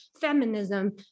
feminism